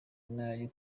n’ayo